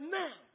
now